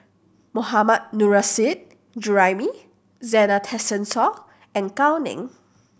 Mohammad Nurrasyid Juraimi Zena Tessensohn and Gao Ning